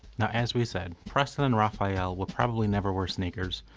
as we said. preston and raphael will probably never wear sneakers,